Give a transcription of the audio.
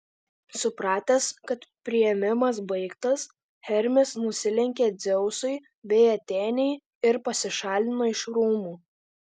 supratęs kad priėmimas baigtas hermis nusilenkė dzeusui bei atėnei ir pasišalino iš rūmų